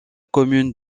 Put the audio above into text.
commune